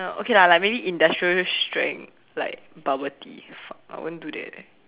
okay lah like maybe industrial strength like bubble tea fuck I won't do that eh